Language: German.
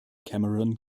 cameron